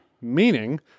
meaning